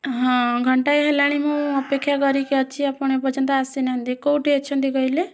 ହଁ ଘଣ୍ଟାଏ ହେଲାଣି ମୁଁ ଅପେକ୍ଷା କରିକି ଅଛି ଆପଣ ଏପର୍ଯ୍ୟନ୍ତ ଆସିନାହାଁନ୍ତି କୋଉଠି ଅଛନ୍ତି କହିଲେ